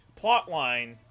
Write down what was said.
plotline